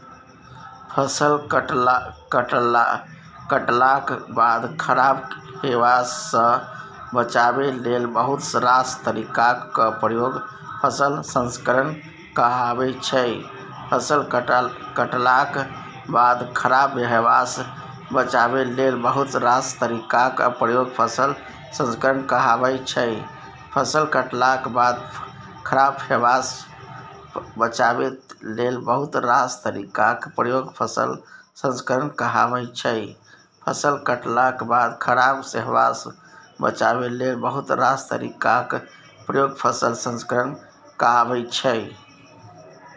फसल कटलाक बाद खराब हेबासँ बचाबै लेल बहुत रास तरीकाक प्रयोग फसल संस्करण कहाबै छै